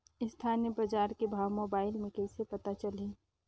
स्थानीय बजार के भाव मोबाइल मे कइसे पता चलही?